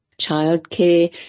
childcare